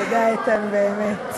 תודה, איתן, באמת.